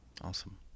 awesome